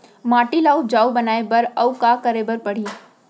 माटी ल उपजाऊ बनाए बर अऊ का करे बर परही?